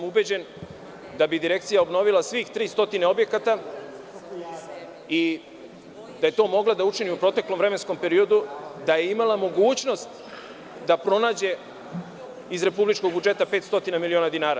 Ubeđen sam da bi Direkcija obnovila svih 300 objekata i da je to mogla da učini u proteklom vremenskom periodu da je imala mogućnost da pronađe iz republičkog budžeta 500 miliona dinara.